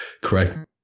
correct